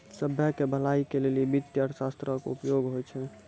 सभ्भे के भलाई के लेली वित्तीय अर्थशास्त्रो के उपयोग होय छै